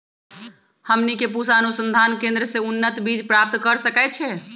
हमनी के पूसा अनुसंधान केंद्र से उन्नत बीज प्राप्त कर सकैछे?